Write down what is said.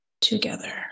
together